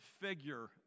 figure